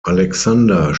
alexander